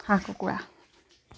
হাঁহ কুকুৰা